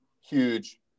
huge